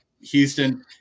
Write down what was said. Houston